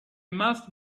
must